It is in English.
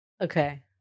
Okay